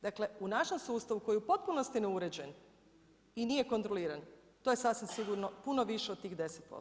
Dakle u našem sustavu koji je u potpunosti neuređeni i nije kontroliran, to je sasvim sigurno puno više od tih 10%